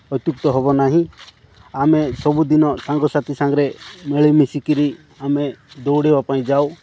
ଅତ୍ୟୁକ୍ତି ହେବ ନାହିଁ ଆମେ ସବୁଦିନ ସାଙ୍ଗସାଥି ସାଙ୍ଗରେ ମିଳିମିଶିକରି ଆମେ ଦୌଡ଼ିବା ପାଇଁ ଯାଉ